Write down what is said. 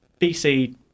bc